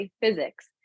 physics